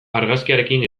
argazkiarekin